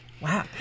wow